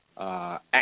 act